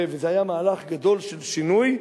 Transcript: וזה היה מהלך גדול של שינוי.